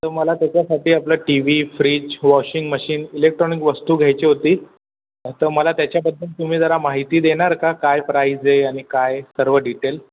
so मला त्याच्यासाठी आपलं T V fridge washing machine electronic वस्तू घ्यायची होती तर मला त्याच्याबद्दल तुम्ही जरा माहिती देणार का काय प्राईज आहे आणि काय सर्व डिटेल